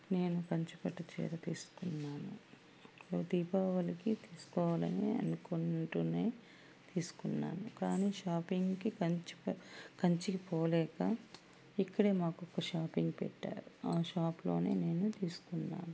నేను కంచిపట్టు చీర తీసుకున్నాను ఈ దీపావళికి తీసుకోవాలనే అనుకుంటూనే తీసుకున్నాను కానీ షాపింగ్కి కంచిప కంచికిపోలేక ఇక్కడే మాకొక షాపింగ్ పెట్టారు షాప్లోనే నేను తీసుకున్నాను